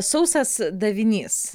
sausas davinys